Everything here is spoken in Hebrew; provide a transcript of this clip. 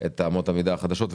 את אמות המידה החדשות.